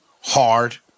Hard